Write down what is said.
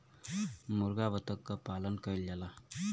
मुरगा बत्तख क पालन कइल जाला